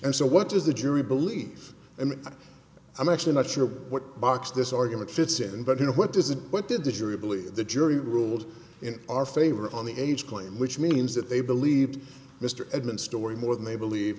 and so what does the jury believe and i'm actually not sure what box this argument fits in but what does it what did the jury believe the jury ruled in our favor on the age claim which means that they believe mr edmunds story more than they believe